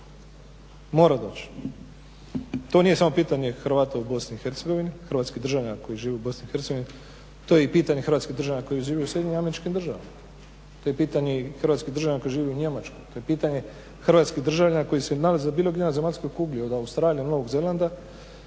mora doći. To nije samo pitanje Hrvata u Bosni i Hercegovini, hrvatskih državljana koji žive u Bosni i Hercegovini. To je i pitanje hrvatskih državljana koji žive u Sjedinjenim Američkim Državama, to je pitanje i hrvatskih državljana koji žive u Njemačkoj, to je pitanje hrvatskih državljana koji se nalaze bilo gdje na zemaljskoj kugli od Australije, Novog Zelanda,